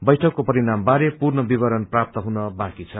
बैठकको परिणाम बारे पूर्ण वितरण प्राप्त हुन बाँकी छ